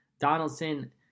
Donaldson